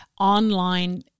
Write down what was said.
online